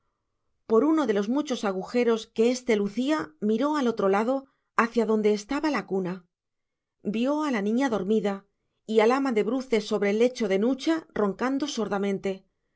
por uno de los muchos agujeros que éste lucía miró al otro lado hacia donde estaba la cuna vio a la niña dormida y al ama de bruces sobre el lecho de nucha roncando